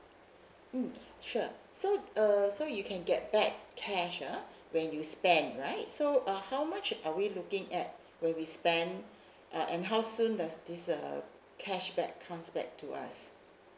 mm sure so err so you can get back cash uh when you spend right so uh how much are we looking at will be spent uh and how soon does this uh cashback comes back to us